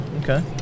Okay